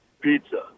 pizza